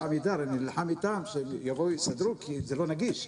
אני נלחם עם עמידר שיסדרו כי זה לא נגיש.